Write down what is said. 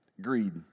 Greed